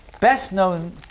best-known